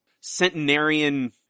Centenarian